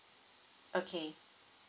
okay